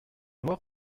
noir